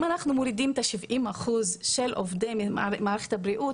אם אנחנו מורידים את ה- 70% של עובדי מערכת הבריאות,